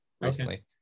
recently